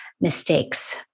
mistakes